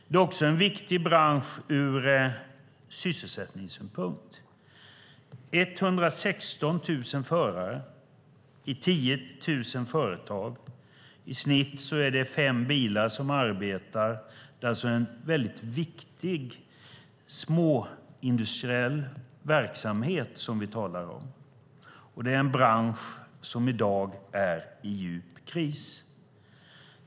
Det är också en viktig bransch ur sysselsättningssynpunkt, med 116 000 förare i 10 000 företag. I snitt är det fem bilar som arbetar. Det är alltså en viktig småindustriell verksamhet vi talar om. Det är en bransch som i dag är i djup kris.